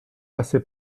passer